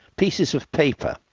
pieces of paper.